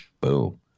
boom